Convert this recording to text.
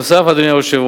נוסף על כך,